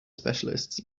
specialists